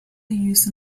used